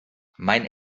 mein